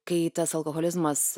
kai tas alkoholizmas